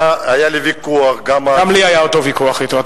היה לי ויכוח, גם לי היה ויכוח, אותו ויכוח אתו.